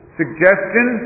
suggestion